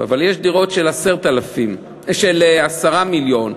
אבל יש דירות של 10 מיליון,